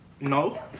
No